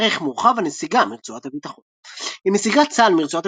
ערך מורחב – הנסיגה מרצועת הביטחון עם נסיגת צה"ל מרצועת